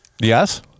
Yes